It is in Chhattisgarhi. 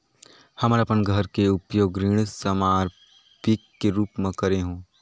हमन अपन घर के उपयोग ऋण संपार्श्विक के रूप म करे हों